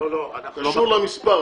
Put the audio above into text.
זה קשור למספר,